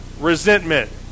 resentment